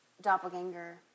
doppelganger